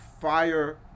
fire